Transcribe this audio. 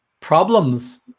Problems